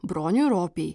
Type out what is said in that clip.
broniui ropei